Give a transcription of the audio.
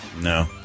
No